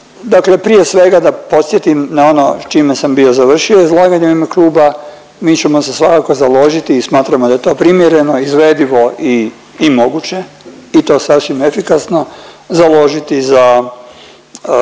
Dakle, prije svega da podsjetim na ono sa čime sam bio završio izlaganje u ime kluba. Mi ćemo se svakako založiti i smatramo da je to primjereno, izvedivo i moguće i to sasvim efikasno založiti za